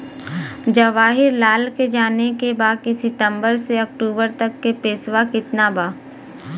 जवाहिर लाल के जाने के बा की सितंबर से अक्टूबर तक के पेसवा कितना बा?